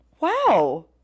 Wow